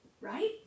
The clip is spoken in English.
Right